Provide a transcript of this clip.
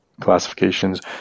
classifications